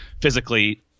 physically